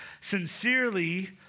sincerely